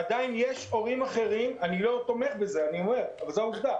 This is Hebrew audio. עדיין יש הורים אחרים אני לא תומך בזה אבל זו העובדה